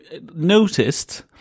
noticed